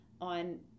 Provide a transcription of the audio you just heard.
on